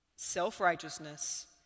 self-righteousness